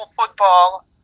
football